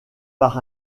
par